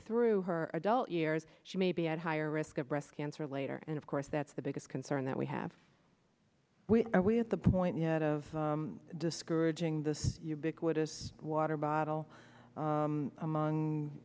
through her adult years she may be at higher risk of breast cancer later and of course that's the biggest concern that we have we are we at the point yet of discouraging this ubiquitous water bottle among